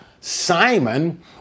Simon